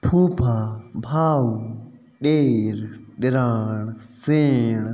पुफड़ु भाउ ॾेर निराण सेण